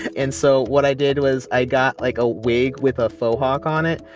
and so what i did was i got, like, a wig with a fauxhawk on it.